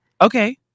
Okay